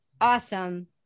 awesome